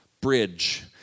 bridge